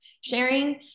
sharing